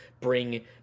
bring